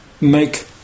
make